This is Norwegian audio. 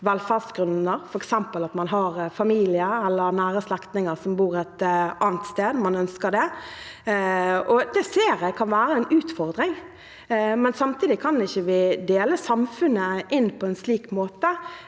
velferdsgrunner, f.eks. at man har familie eller nære slektninger som bor et annet sted. Jeg ser at det kan være en utfordring, men samtidig kan vi ikke dele samfunnet inn på en slik måte